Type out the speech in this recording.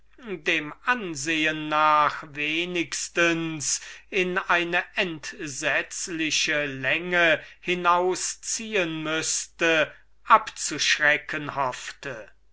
dem ansehen nach wenigstens in eine entsetzliche länge hinausziehen würde abzuschrecken hoffte